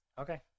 okay